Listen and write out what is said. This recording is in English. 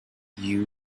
you